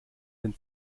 den